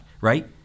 right